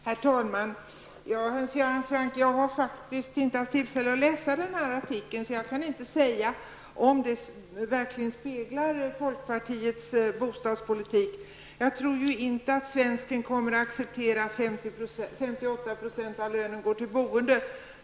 Herr talman! Jag har faktiskt inte haft tillfälle, Hans Göran Franck att läsa denna artikel. Jag kan därför inte säga om den verkligen speglar folkpartiets bostadspolitik. Jag tror inte att svensken kommer att acceptera att 58 % av lönen går till boende.